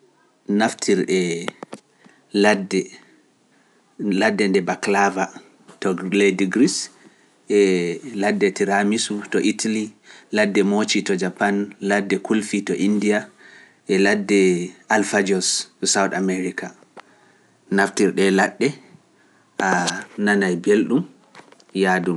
Naftir e ladde nde baklava to Gleydi Gries e ladde Tiramisu to Itali, ladde Moci to Japan, ladde Kulfi to India, e ladde Alfajos to South America naftir ɗe ladde a nana e mbiyel ɗum yaadu.